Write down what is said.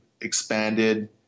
expanded